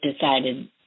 decided